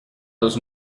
los